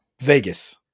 Vegas